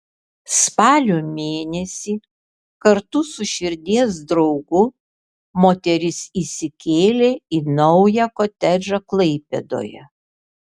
spalio mėnesį kartu su širdies draugu moteris įsikėlė į naują kotedžą klaipėdoje